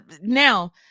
now